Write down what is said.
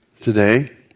Today